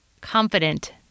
confident